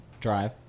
Drive